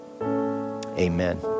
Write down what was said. amen